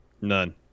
None